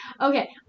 okay